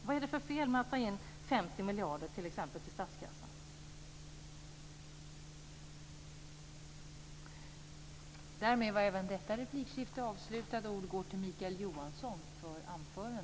Vad är det för fel att ta in t.ex. 50 miljarder till statskassan?